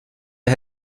ihr